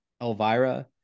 Elvira